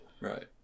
Right